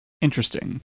interesting